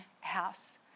house